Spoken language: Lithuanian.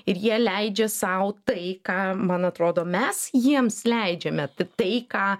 ir jie leidžia sau tai ką man atrodo mes jiems leidžiame ta tai ką